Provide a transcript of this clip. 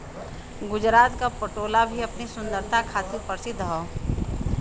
गुजरात क पटोला भी अपनी सुंदरता खातिर परसिद्ध हौ